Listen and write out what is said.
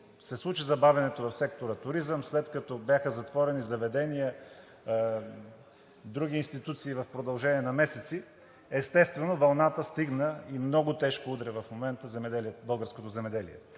се случи забавянето в сектора „Туризъм“, след като бяха затворени заведения, други институции в продължение на месеци, естествено, вълната стигна и много тежко удря в момента българското земеделие,